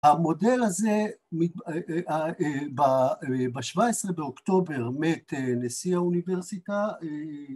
המודל הזה בשבע עשרה באוקטובר מת נשיא האוניברסיטה